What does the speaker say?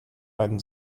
einen